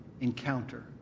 encounter